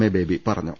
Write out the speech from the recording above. A Baby പറഞ്ഞു